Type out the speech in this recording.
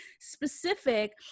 specific